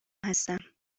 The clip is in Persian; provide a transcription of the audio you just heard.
هستم